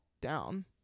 down